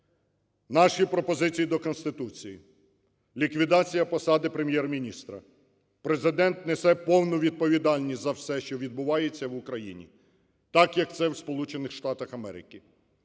Наші пропозиції до Конституції. Ліквідація посади Прем'єр-міністра. Президент несе повну відповідальність за все, що відбувається в Україні, так, як це в